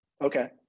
okay